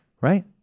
right